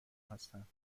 هستند